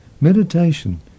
Meditation